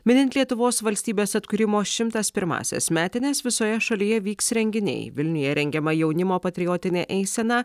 minint lietuvos valstybės atkūrimo šimtas pirmąsias metines visoje šalyje vyks renginiai vilniuje rengiama jaunimo patriotinė eisena